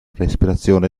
respirazione